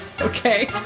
Okay